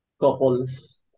couples